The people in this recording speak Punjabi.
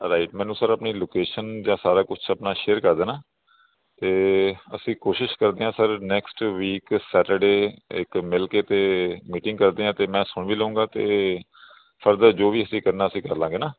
ਰਾਈਟ ਮੈਨੂੰ ਸਰ ਆਪਣੀ ਲੋਕੇਸ਼ਨ ਜਾਂ ਸਾਰਾ ਕੁਛ ਆਪਣਾ ਸ਼ੇਅਰ ਕਰ ਦੇਣਾ ਅਤੇ ਅਸੀਂ ਕੋਸ਼ਿਸ਼ ਕਰਦੇ ਹਾਂ ਸਰ ਨੈਕਸਟ ਵੀਕ ਸੈਟਰਡੇ ਇੱਕ ਮਿਲ ਕੇ ਅਤੇ ਮੀਟਿੰਗ ਕਰਦੇ ਹਾਂ ਅਤੇ ਮੈਂ ਸੁਣ ਵੀ ਲਊਂਗਾ ਅਤੇ ਫਰਦਰ ਜੋ ਵੀ ਅਸੀਂ ਕਰਨਾ ਅਸੀਂ ਕਰ ਲਵਾਂਗੇ ਨਾ